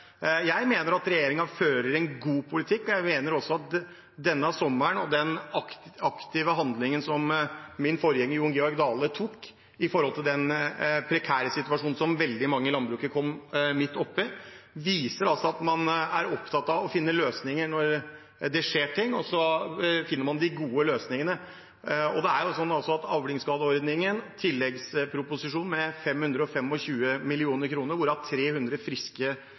Jeg mener at regjeringen fører en god politikk. Jeg mener også at denne sommeren – og den aktive handlingen fra min forgjenger Jon Georg Dales side i forbindelse med den prekære situasjonen som veldig mange i landbruket kom opp i – viser at man er opptatt av å finne løsninger når det skjer ting. Man finner de gode løsningene. Og det er jo slik at avlingsskadeordningen, tilleggsproposisjonen med 525 mill. kr, hvorav 300 friske, nye millioner,